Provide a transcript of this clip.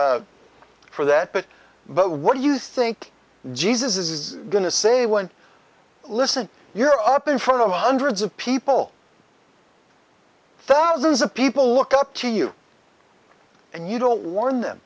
for that but what do you think jesus is going to say when listen you're up in front of hundreds of people thousands of people look up to you and you don't warn them